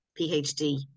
PhD